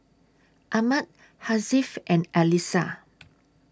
Ahmad Hasif and Alyssa